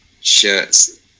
shirts